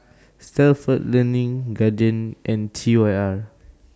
Stalford Learning Guardian and T Y R